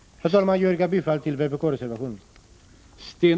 Herr talman! Jag yrkar bifall till vpk-reservationen.